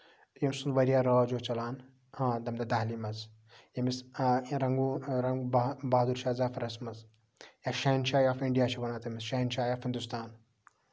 ییٚمہِ سُند واریاہ راج اوس چلان آ تَمہِ دۄہ دہلی منٛز ییٚمِس آ رَنگو بہا بَہادُر شاہ ظفرَس منٛز یا شہن شاہ آف اِنڈیا چھِ ونان تٔمِس شہن شاہ آف ہِندوستان